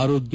ಆರೋಗ್ಯ